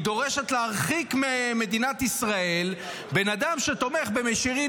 להרחיק ממדינת ישראל בן אדם שתומך במישרין